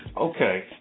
Okay